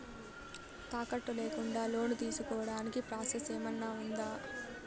తాకట్టు లేకుండా లోను తీసుకోడానికి ప్రాసెస్ ఏమన్నా ఉందా?